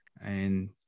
and-